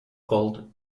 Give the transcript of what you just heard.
called